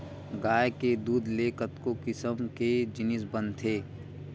गाय के दूद ले कतको किसम के जिनिस बनथे